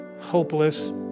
hopeless